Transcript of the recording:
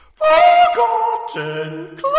Forgotten